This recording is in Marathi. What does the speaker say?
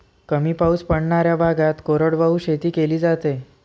कमी पाऊस पडणाऱ्या भागात कोरडवाहू शेती केली जाते